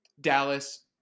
Dallas